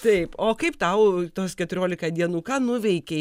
taip o kaip tau tos keturiolika dienų ką nuveikei